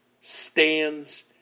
stands